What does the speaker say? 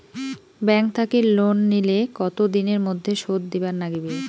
Bank থাকি loan নিলে কতো দিনের মধ্যে শোধ দিবার নাগিবে?